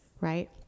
right